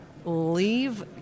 Leave